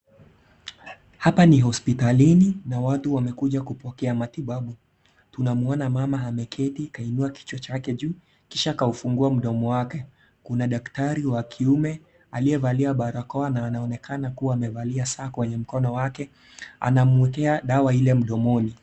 Hapa ni hospitalini, na watu wamekuja kupokea matibabu. Tunamwaona mama ameketi kainua kichwa chake juu kisha kaifungua mdomo wake. Kuna daktari wa kiume aliyevalia barako na anaonekana kuwa amevalia saa kwenye mkono wake anamwekea dawa ile mdomoni.